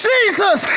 Jesus